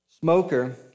smoker